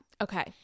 Okay